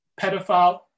pedophile